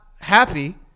happy